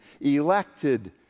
elected